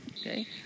okay